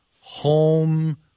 home